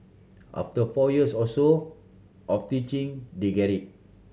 after four years or so of teaching they get it